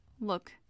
look